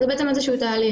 זה בעצם איזה שהוא תהליך,